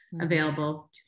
available